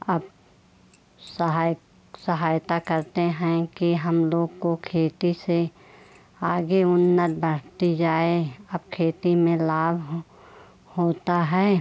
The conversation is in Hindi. अब सहायक सहायता करते हैं कि हम लोग को खेती से आगे उन्नत बढ़ती जाए अब खेती में लाभ हो होता है